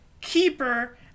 keeper